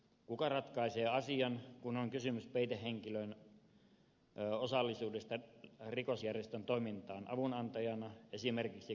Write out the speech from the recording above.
kuka ratkaisee asian kun on kysymys peitehenkilön osallisuudesta rikosjärjestön toimintaan avunantajana esimerkiksi kuljetusauton järjestäjänä